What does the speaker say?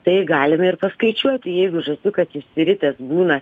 tai galim ir paskaičiuoti jeigu žąsiukas išsiritęs būna